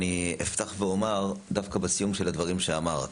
אני אפתח ואומר דווקא בסיום של הדברים שאמרת.